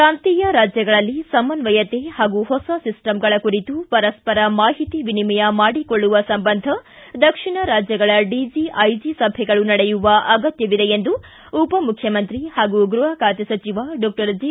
ಪ್ರಾಂತೀಯ ರಾಜ್ಯಗಳಲ್ಲಿ ಸಮನ್ವಯತೆ ಹಾಗೂ ಹೊಸ ಸಿಸ್ಸಮ್ಗಳ ಕುರಿತು ಪರಸ್ಸರ ಮಾಹಿತಿ ವಿನಿನಯ ಮಾಡಿಕೊಳ್ಳುವ ಸಂಬಂಧ ದಕ್ಷಿಣ ಕಾಜ್ಯಗಳ ಡಿಜೆ ಐಜಿ ಸಭೆಗಳು ನಡೆಯುವ ಅಗತ್ತವಿದೆ ಎಂದು ಉಪಮುಖ್ಯಮಂತ್ರಿ ಹಾಗೂ ಗೃಹ ಖಾತೆ ಸಚಿವ ಡಾಕ್ಷರ್ ಜಿ